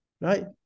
right